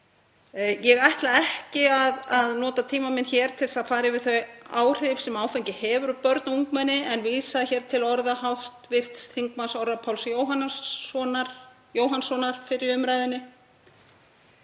Ég ætla ekki að nota tíma minn hér til að fara yfir þau áhrif sem áfengi hefur á börn og ungmenni en vísa til orða hv. þm. Orra Páls Jóhannssonar fyrr í umræðunni.